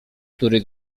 który